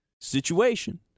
situation